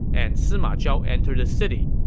and sima zhao entered the city.